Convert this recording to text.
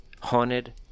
haunted